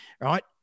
right